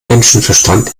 menschenverstand